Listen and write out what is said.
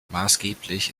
maßgeblich